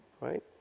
right